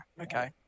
Okay